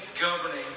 governing